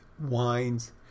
wines